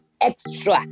extra